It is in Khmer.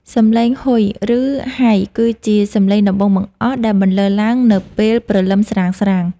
សម្លេង «ហ៊ុយ!» ឬ «ហ៊ៃ!» គឺជាសម្លេងដំបូងបង្អស់ដែលបន្លឺឡើងនៅពេលព្រលឹមស្រាងៗ។